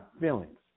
feelings